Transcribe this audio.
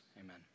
Amen